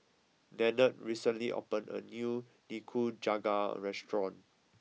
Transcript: Nannette recently opened a new Nikujaga restaurant